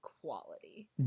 Quality